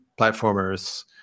platformers